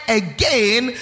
again